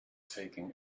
taking